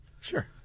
Sure